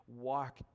walk